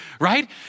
right